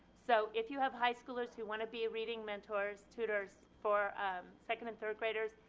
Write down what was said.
so if you have high schoolers who want to be a reading mentor, tutor for second and third graders,